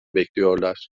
bekliyorlar